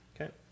Okay